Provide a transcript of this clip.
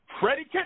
Freddie